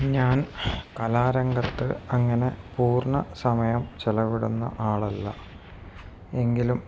ഞാൻ കലാരംഗത്ത് അങ്ങനെ പൂർണ്ണ സമയം ചിലവിടുന്ന ആളല്ല എങ്കിലും